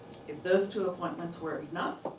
if those two appointments weren't enough,